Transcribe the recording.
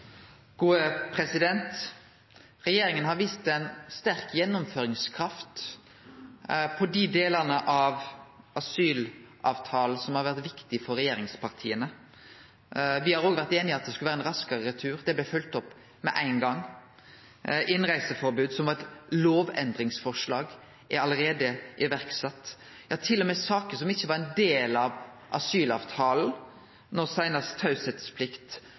Regjeringa har vist ei sterk gjennomføringskraft på dei delane av asylavtalen som har vore viktige for regjeringspartia. Me har òg vore einig i at det skal vere ein raskare retur, og det blei følgt opp med éin gong. Innreiseforbod, som var eit lovendringsforslag, er allereie sett i verk. Ja, til og med saker som ikkje var ein del av asylavtalen – no seinast